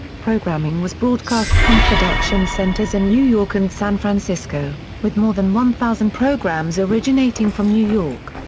programming was broadcast from production centers in new york and san francisco, with more than one thousand programs originating from new york.